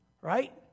Right